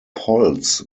polls